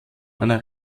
einer